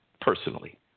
personally